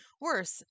Worse